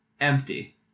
empty